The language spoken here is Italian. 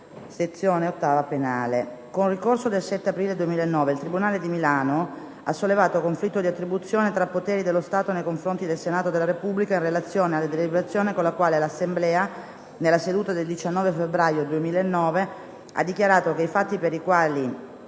Onorevoli colleghi, con ricorso del 7 aprile 2009 il tribunale di Milano ha sollevato conflitto di attribuzione tra poteri dello Stato nei confronti del Senato della Repubblica, in relazione alla deliberazione con la quale l'Assemblea, nella seduta del 19 febbraio 2009, ha dichiarato che i fatti per i quali